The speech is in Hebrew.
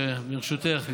ברשותך,